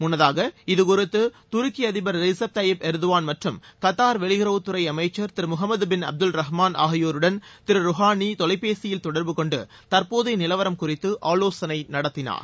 முன்னதாக இதுகுறித்து துருக்கி அதிபர் ரீக்கப் எர்டோகன் மற்றும் கத்தார் வெளியுறவுத்துறை அமைச்சர் திரு முகமது பின் அப்துல் ரஹ்மான் ஆகியோருடன் திரு ருஹாளி தொலைபேசியில் தொடர்பு கொண்டு தற்போதைய நிலவரம் குறித்து ஆலோசனை நடத்தினார்